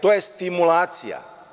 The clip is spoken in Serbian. To je stimulacija.